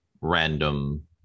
random